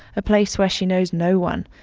a place where she knows no one,